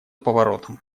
поворотом